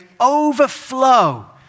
overflow